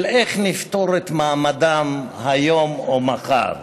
לאיך נפתור את מעמדם היום או מחר.